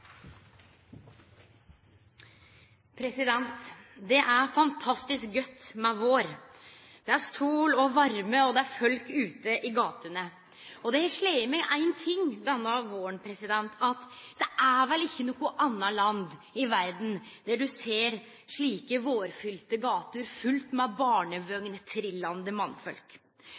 fantastisk godt med vår. Det er sol og varme, og det er folk ute i gatene. Det har slått meg ein ting denne våren: at det er vel ikkje noko anna land i verda der du ser slike vårfylte gater fulle med barnevogntrillande mannfolk.